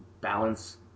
balance